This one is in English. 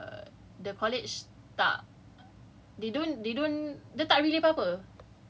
what it what people are mad about is like macam the the college tak